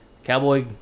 Cowboy